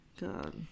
God